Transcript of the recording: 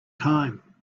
time